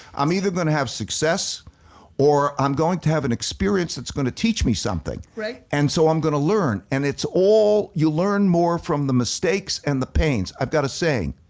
i'm either gonna have success or i'm going to have an experience that's gonna teach me something. and so i'm gonna learn. and it's all, you learn more from the mistakes and the pains. i've got a saying,